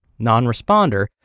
non-responder